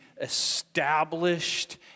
established